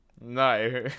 No